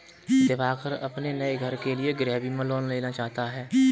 दिवाकर अपने नए घर के लिए गृह बीमा लेना चाहता है